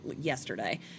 yesterday